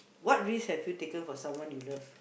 what risks have you taken for someone you love